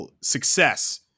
success